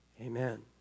Amen